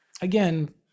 again